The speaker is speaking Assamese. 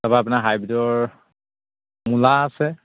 তাৰ পৰা আপোনাৰ হাইব্ৰীডৰ মূলা আছে